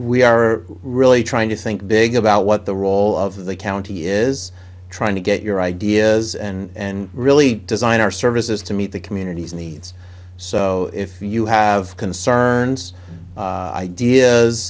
we are really trying to think big about what the role of the county is trying to get your ideas and really design our services to meet the communities in the us so if you have concerns ideas